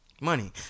Money